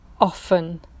often